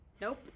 Nope